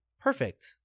perfect